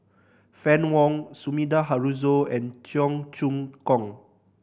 Fann Wong Sumida Haruzo and Cheong Choong Kong